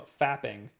fapping